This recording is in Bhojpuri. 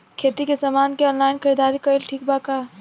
खेती के समान के ऑनलाइन खरीदारी कइल ठीक बा का?